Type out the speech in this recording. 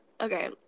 Okay